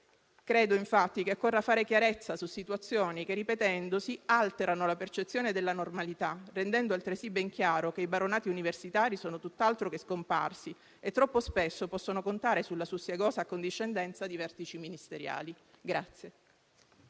Credo, infatti, che occorra fare chiarezza su situazioni che, ripetendosi, alterano la percezione della normalità, rendendo altresì ben chiaro che i baronati universitari sono tutt'altro che scomparsi e troppo spesso possono contare sulla sussiegosa accondiscendenza di vertici ministeriali.